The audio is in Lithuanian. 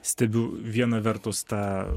stebiu viena vertus tą